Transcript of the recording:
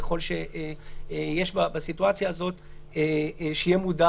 ככל שיש בסיטואציה הזו - שיהיה מודע